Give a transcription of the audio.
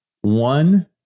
one